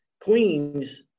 Queens